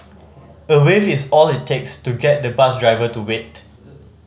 a wave is all it takes to get the bus driver to wait